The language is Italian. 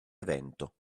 evento